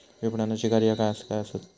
विपणनाची कार्या काय काय आसत?